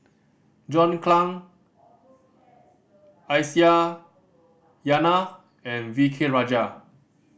John Clang Aisyah Lyana and V K Rajah